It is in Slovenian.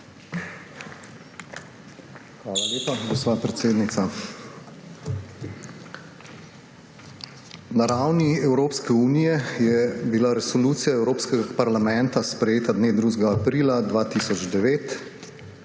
Hvala lepa, gospa predsednica. Na ravni Evropske unije je bila resolucija Evropskega parlamenta sprejeta dne 2. aprila 2009